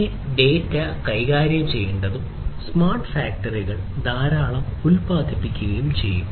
ഈ ഡാറ്റ കൈകാര്യം ചെയ്യേണ്ടതും സ്മാർട്ട് ഫാക്ടറികൾ ധാരാളം ഉൽപാദിപ്പിക്കുകയും ചെയ്യും